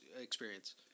experience